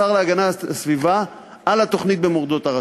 השר להגנת הסביבה, על התוכנית במורדות הר-הצופים.